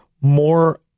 more